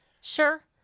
Sure